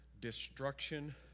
destruction